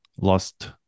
lost